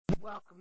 welcome